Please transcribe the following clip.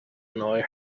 annoy